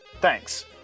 Thanks